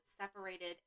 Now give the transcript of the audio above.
separated